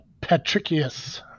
Patricius